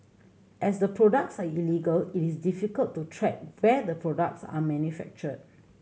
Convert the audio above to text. as the products are illegal it is difficult to track where the products are manufactured